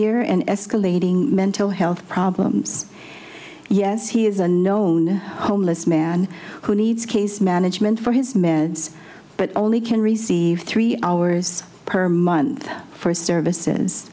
e and escalating mental health problems yes he is a known homeless man who needs case management for his meds but only can receive three hours per month for services